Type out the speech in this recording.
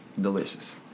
delicious